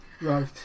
Right